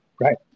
Right